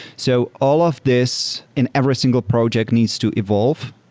so all of this and every single project needs to evolve.